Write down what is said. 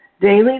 daily